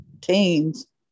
teens